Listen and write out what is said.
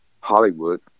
Hollywood